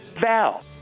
Val